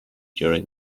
during